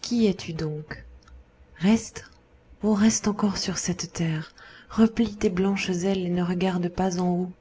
qui es-tu donc reste oh reste encore sur cette terre replie tes blanches ailes et ne regarde pas en haut